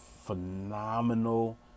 Phenomenal